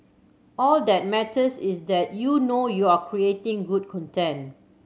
all that matters is that you know you're creating good content